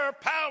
power